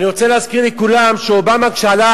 אני רוצה להזכיר לכולם שאובמה, כשעלה